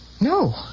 No